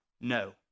No